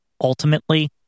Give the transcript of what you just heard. ultimately